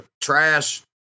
trash